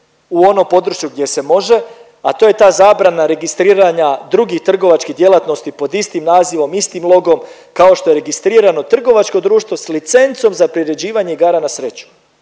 u onom području gdje se može, a to je ta zabrana registriranja drugih trgovačkih djelatnosti pod istim nazivom, istim logom kao što je registrirano trgovačko društvo s licencom za priređivanje igara na sreću.